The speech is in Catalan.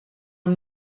amb